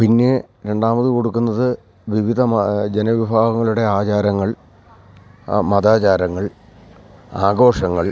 പിന്നെ രണ്ടാമത് കൊടുക്കുന്നത് വിവിധ ജനവിഭാഗങ്ങളുടെ ആചാരങ്ങൾ മതാചാരങ്ങൾ ആഘോഷങ്ങൾ